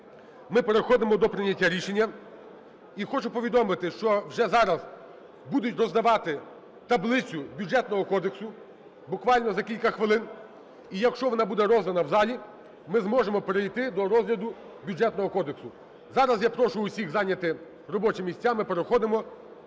ми переходимо до прийняття рішення. І хочу повідомити, що вже зараз будуть роздавати таблицю Бюджетного кодексу, буквально за кілька хвилин, і якщо вона буде роздана в залі, ми зможемо перейти до розгляду Бюджетного кодексу. Зараз я прошу усіх зайняти робочі місця, ми переходимо